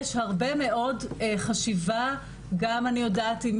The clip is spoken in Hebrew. יש הרבה מאוד חשיבה - גם אני יודעת עם